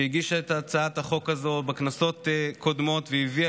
שהגישה את הצעת החוק הזאת בכנסות קודמות והביאה